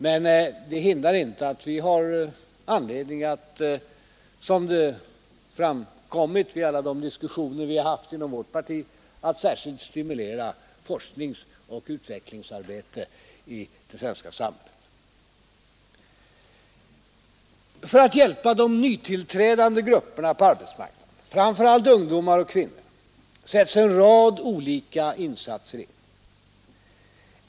Men det hindrar inte att vi har anledning — vilket också framkommit vid alla de diskussioner vi haft inom vårt parti — att särskilt stimulera forskningsoch utvecklingsarbete i det svenska samhället. För att hjälpa de nytillträdande grupperna på arbetsmarknaden, framför allt ungdomar och kvinnor, sätts en rad olika åtgärder in.